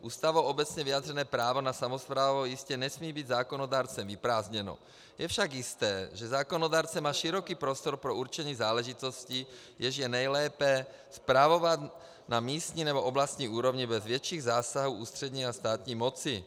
Ústavou obecně vyjádřené právo na samosprávu jistě nesmí být zákonodárcem vyprázdněno, je však jisté, že zákonodárce má široký prostor pro určení záležitostí, jež je nejlépe spravovat na místní nebo oblastní úrovni bez větších zásahů ústřední státní moci.